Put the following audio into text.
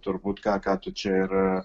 turbūt ką ką tu čia ir